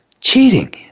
cheating